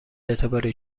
اعتباری